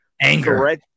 anger